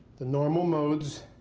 the normal modes.